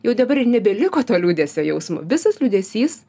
jau dabar ir nebeliko to liūdesio jausmo visas liūdesys